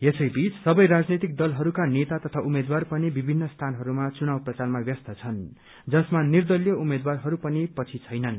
यसैबीच सबै राजनैतिक दलहरूका नेता तथा उम्मेद्वार पनि विभित्र स्थानहरूमा चुनाव प्रचारमा व्यस्त छन् जसमा निर्दलीय उम्मेद्वार पनि पछि छैनन्